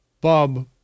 Bob